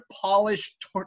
polished